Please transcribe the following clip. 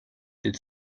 did